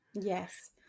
Yes